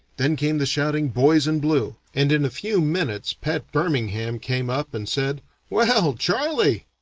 then came the shouting boys in blue and in a few minutes pat birmingham came up and said well, charley,